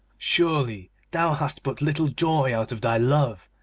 surely thou hast but little joy out of thy love.